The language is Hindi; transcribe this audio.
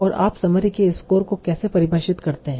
और आप समरी के स्कोर को कैसे परिभाषित करते हैं